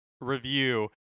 review